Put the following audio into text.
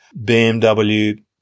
BMW